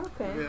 okay